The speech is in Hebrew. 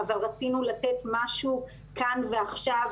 אבל רצינו לתת משהו כאן ועכשיו.